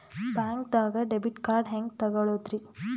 ಬ್ಯಾಂಕ್ದಾಗ debit card ಹೆಂಗ್ ತಗೊಳದ್ರಿ?